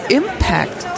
impact